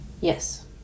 Yes